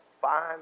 fine